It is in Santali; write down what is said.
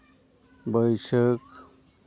ᱵᱟᱹᱭᱥᱟᱹᱠᱷ